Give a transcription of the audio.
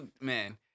Man